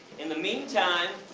in the meantime,